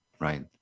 right